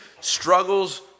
struggles